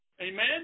Amen